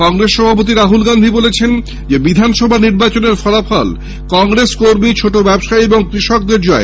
কংগ্রেস সভাপতি রাহুল গান্ধী বলেছেন বিধানসভা নির্বাচনের ফলাফল কংগ্রেস কর্মী ছোট ব্যবসায়ী ও কৃষকদের জয়